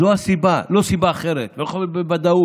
זו הסיבה, לא סיבה אחרת, בוודאות.